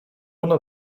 one